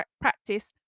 practice